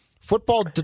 Football